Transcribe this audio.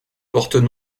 portent